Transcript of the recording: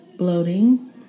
Bloating